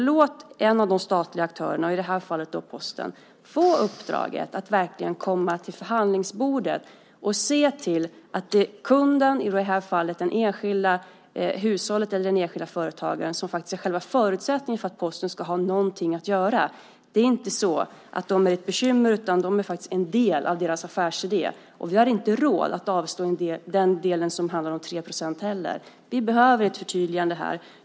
Låt den statliga aktören Posten få uppdraget att verkligen komma till förhandlingsbordet och inse att det är kunden, i det här fallet det enskilda hushållet eller den enskilde företagaren, som är själva förutsättningen för att Posten ska ha någonting att göra! Det är inte så att de är ett bekymmer, utan de är en del av Postens affärsidé. Vi har inte råd att avstå den del som handlar om 3 % heller. Vi behöver ett förtydligande här.